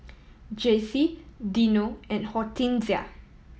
Jacey Dino and Hortensia